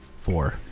four